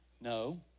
No